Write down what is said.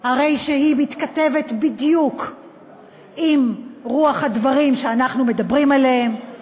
הרי שהיא מתכתבת בדיוק עם רוח הדברים שאנחנו מדברים עליהם.